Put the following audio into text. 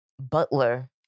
Butler